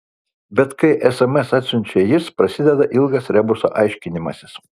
bet kai sms atsiunčia jis prasideda ilgas rebuso aiškinimasis